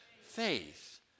faith